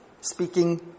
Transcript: speaking